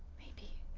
maybe